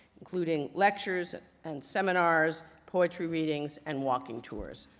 including lectures and seminars, poetry readings and walking tours.